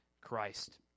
Christ